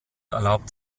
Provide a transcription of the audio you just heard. erlaubt